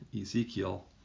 Ezekiel